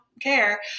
care